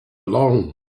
along